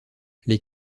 les